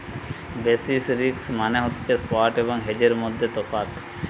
basis risk মানে হতিছে spot এবং হেজের মধ্যে তফাৎ